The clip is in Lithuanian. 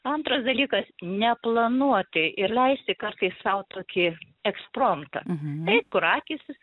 antras dalykas neplanuoti ir leisti kartais sau tokį ekspromtą eik kur akys